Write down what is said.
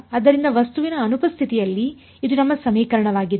ಆದ್ದರಿಂದ ವಸ್ತುವಿನ ಅನುಪಸ್ಥಿತಿಯಲ್ಲಿ ಇದು ನಮ್ಮ ಸಮೀಕರಣವಾಗಿದೆ